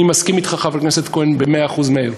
אני מסכים אתך, חבר הכנסת כהן, במאה אחוז, מאיר.